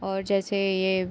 और जैसे यह